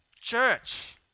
Church